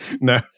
No